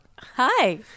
Hi